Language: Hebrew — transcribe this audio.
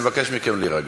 אני מבקש מכם להירגע.